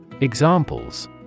Examples